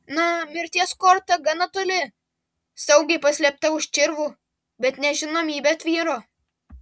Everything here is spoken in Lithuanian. na mirties korta gana toli saugiai paslėpta už čirvų bet nežinomybė tvyro